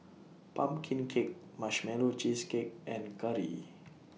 Pumpkin Cake Marshmallow Cheesecake and Curry